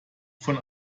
von